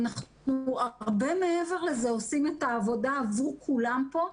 אנחנו הרבה מעבר לזה עושים את העבודה עבור כולם פה,